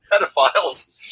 pedophiles